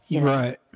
Right